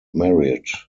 married